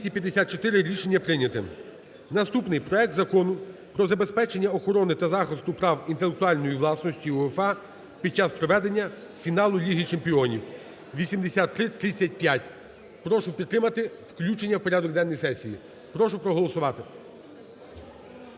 Наступний. Проект Закону про забезпечення охорони та захисту прав інтелектуальної власності УЄФА під час проведення фіналу Ліги Чемпіонів (8335). Прошу підтримати включення в порядок денний сесії. Прошу проголосувати.